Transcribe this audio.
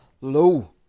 low